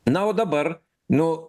na o dabar nu